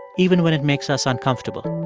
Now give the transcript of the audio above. even when it makes us uncomfortable.